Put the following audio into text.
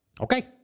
Okay